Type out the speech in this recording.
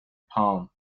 palm